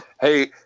Hey